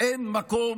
אין מקום